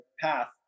path